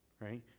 right